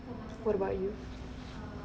what about you